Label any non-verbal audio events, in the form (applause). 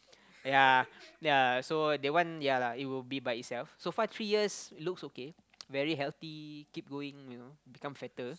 ya ya so that one ya lah it will be by itself so far three years it looks okay (noise) very healthy keep going you know become fatter